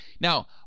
Now